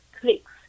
clicks